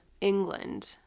England